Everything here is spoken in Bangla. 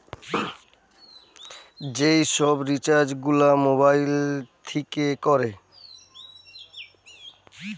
যে সব রিচার্জ গুলা মোবাইল থিকে কোরে